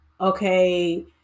okay